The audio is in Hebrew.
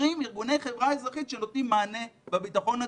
סוגרים ארגוני חברה אזרחית שנותנים מענה בביטחון התזונתי,